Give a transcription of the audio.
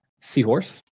seahorse